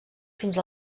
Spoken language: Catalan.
fins